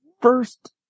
first